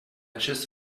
just